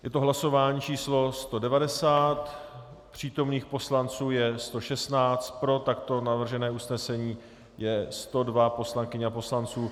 Je to hlasování číslo 190, přítomných poslanců je 116, pro takto navržené usnesení je 102 poslankyň a poslanců.